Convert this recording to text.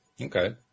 okay